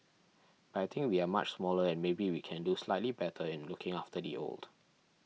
but I think we are much smaller and maybe we can do slightly better in looking after the old